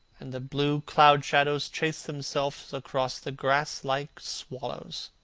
and the blue cloud-shadows chased themselves across the grass like swallows.